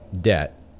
debt